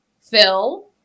Phil